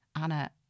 Anna